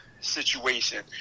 situation